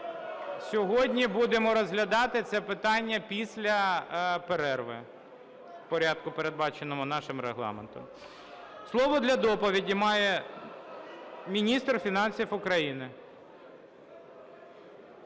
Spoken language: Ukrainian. сьогодні будемо розглядати це питання після перерви в порядку, передбаченому нашим Регламентом. Слово для доповіді має міністр фінансів України.